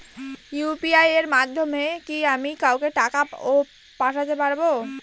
UPI এর মাধ্যমে কি আমি কাউকে টাকা ও পাঠাতে পারবো?